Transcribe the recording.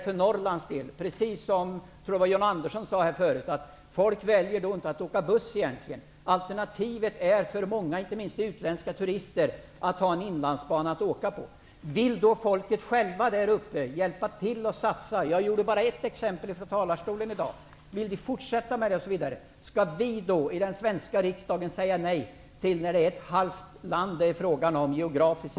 För Norrlands del innebär detta, som John Andersson sade, att man inte kommer att välja att åka buss. Alternativet blir för många, inte minst för utländska turister, att använda Inlandsbanan. Om folket där uppe självt vill hjälpa till med att satsa på detta -- jag gav bara ett exempel från denna talarstol i dag -- skall vi då från den svenska riksdagen säga nej till detta? Det är geografiskt sett fråga om halva landet.